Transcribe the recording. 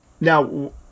Now